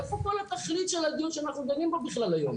איפה כל התכלית של הדיון שאנחנו דנים בו בכלל היום?